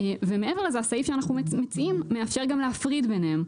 מעבר לזה הסעיף שאנחנו מציעים מאפשר גם להפריד ביניהם,